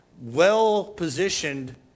well-positioned